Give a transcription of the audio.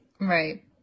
right